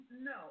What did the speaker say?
No